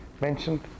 mentioned